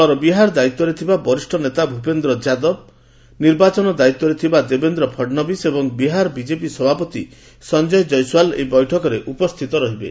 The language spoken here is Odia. ଦଳର ବିହାର ଦାୟିତ୍ୱରେ ଥିବା ବରିଷ ନେତା ଭୂପେନ୍ଦ୍ର ଯାଦବ ନିର୍ବାଚନ ଦାୟିତ୍ୱରେ ଥିବା ଦେବେନ୍ଦ୍ର ଫଡ୍ନବୀଶ ଏବଂ ବିହାର ବିଜେପି ସଭାପତି ସଞ୍ଜୟ ଜୟଶ୍ୱାଲ୍ ଏହି ବୈଠକରେ ଉପସ୍ଥିତ ରହିବେ